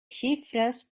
xifres